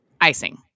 icing